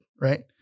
right